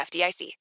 FDIC